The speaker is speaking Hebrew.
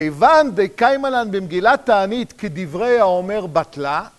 כיוון די קיימא לן במגילה תענית כדברי האומר בטלה.